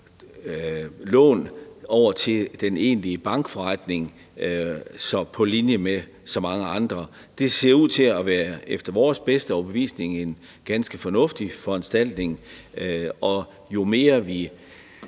lån over til den egentlige bankforretning. Det er på linje med så mange andre, og det ser efter vores bedste overbevisning ud til at være en ganske fornuftig foranstaltning. Jo mere vi